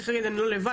צריך להגיד אני לא לבד,